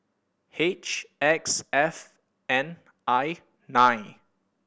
H X F N I nine